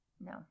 No